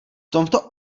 tomto